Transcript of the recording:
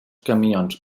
camions